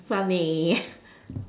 funny